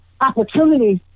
opportunities